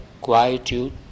quietude